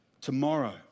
tomorrow